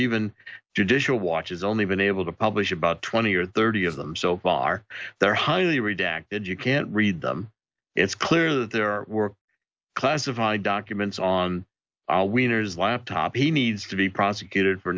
even judicial watch has only been able to publish about twenty or thirty of them so far they're highly redacted you can't read them it's clear that there are classified documents on wieners laptop he needs to be prosecuted for